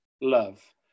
love